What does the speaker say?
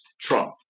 Trump